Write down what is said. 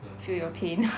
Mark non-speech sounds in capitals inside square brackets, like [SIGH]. feel your pain [LAUGHS]